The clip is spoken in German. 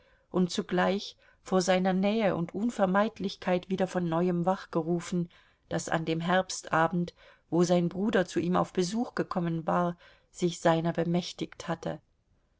und zugleich vor seiner nähe und unvermeidlichkeit wieder von neuem wachgerufen das an dem herbstabend wo sein bruder zu ihm auf besuch gekommen war sich seiner bemächtigt hatte